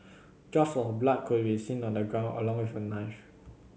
drops of blood could be seen on the ground along with a knife